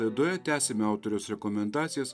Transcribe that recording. laidoje tęsime autoriaus rekomendacijas